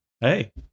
Hey